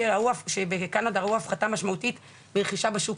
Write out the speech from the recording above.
אמרת שבקנדה ראו הפחתה משמעותית ברכישה בשוק